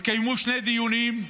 התקיימו שני דיונים,